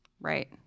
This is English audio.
right